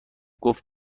گفت